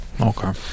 Okay